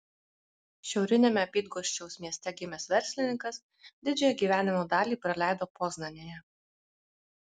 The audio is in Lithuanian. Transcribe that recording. šiauriniame bydgoščiaus mieste gimęs verslininkas didžiąją gyvenimo dalį praleido poznanėje